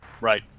Right